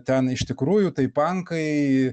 ten iš tikrųjų tai pankai